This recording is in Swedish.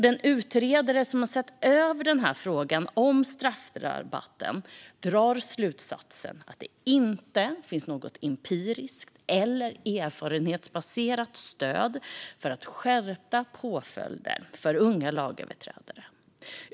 Den utredare som har sett över frågan om straffrabatten drar slutsatsen att det inte finns något empiriskt, erfarenhetsbaserat, stöd för skärpta påföljder för unga lagöverträdare.